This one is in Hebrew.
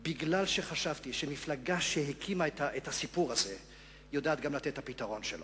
כי חשבתי שמפלגה שהקימה את הסיפור הזה יודעת גם לתת את הפתרון שלו.